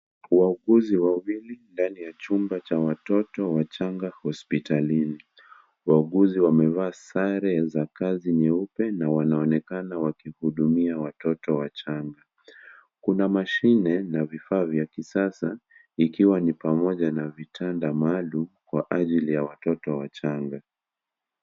Wauguzi wawili ndani ya chumba cha watoto wachanga hospitalini , wauguzi wamevaa sare za kazi nyeupe na wanaonekana wakihudumia watoto wachanga . Kuna mashine na vifaa vya kisasa ikiwa ni pamoja na vitanda maalum Kwa ajili ya watoto wachanga.